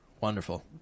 Wonderful